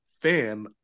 fan